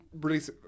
release